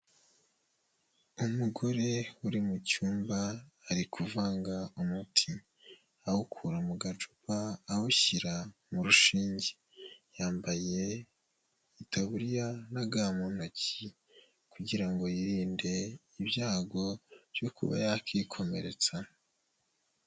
Umugore uri mu cyumba ari kuvanga umuti awukura mu gacupa awushyira mu rushinge, yambaye itaburiya na ga mu ntoki kugira ngo yirinde ibyago byo kuba yakikomeretsa.